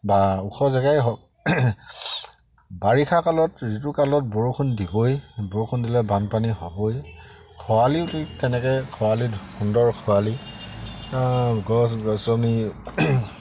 বা ওখ জেগাই হওক বাৰিষা কালত যিটো কালত বৰষুণ দিবই বৰষুণ দিলে বানপানী হ'বই খৰালিও ঠিক তেনেকৈ খৰালি সুন্দৰ খৰালি গছ গছনি